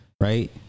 right